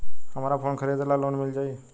हमरा फोन खरीदे ला लोन मिल जायी?